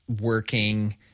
working